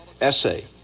essay